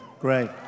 Great